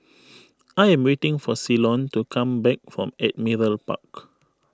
I am waiting for Ceylon to come back from Admiralty Park